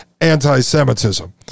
anti-Semitism